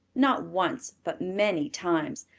not once but many times.